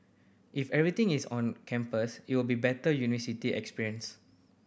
if everything is on campus it will be better university experience